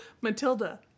Matilda